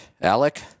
Alec